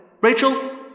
Rachel